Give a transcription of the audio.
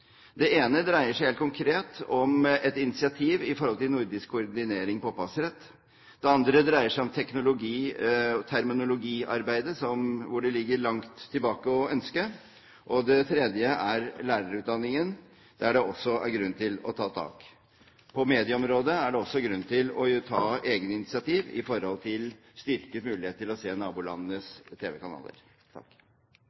Det ene dreier seg helt konkret om et initiativ i forhold til nordisk koordinering på opphavsrett. Det andre dreier seg om teknologi og terminologiarbeidet, som ligger langt tilbake å ønske. Det tredje er lærerutdanningen, der det også er grunn til å ta tak. På medieområdet er det også grunn til å ta egne initiativ for å styrke muligheten til å se nabolandenes